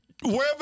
wherever